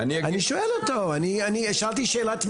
אני שואל אותו, אני שאלתי שאלה תמימה.